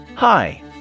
Hi